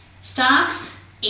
stocks